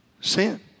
sin